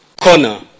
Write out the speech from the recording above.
corner